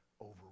over